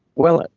well,